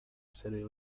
city